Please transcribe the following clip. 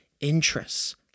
interests